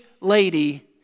lady